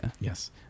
Yes